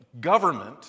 government